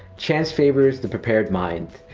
chance favors the prepared mind.